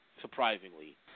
surprisingly